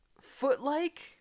foot-like